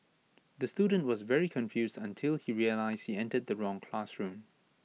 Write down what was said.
the student was very confused until he realised he entered the wrong classroom